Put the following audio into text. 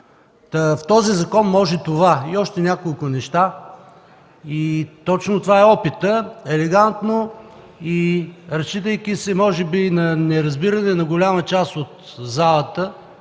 В този закон може това и още няколко неща и точно това е опитът елегантно и, разчитайки може би на неразбиране на голяма част от залата,